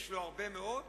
ויש לו הרבה מאוד,